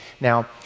Now